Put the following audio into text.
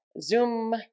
Zoom